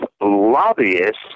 lobbyists